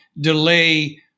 delay